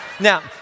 Now